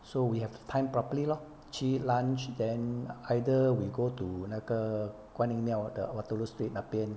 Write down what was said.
so we have to time properly lor 去 lunch then either we go to 那个观音庙的 waterloo street 那边